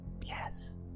yes